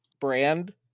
brand